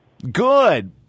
Good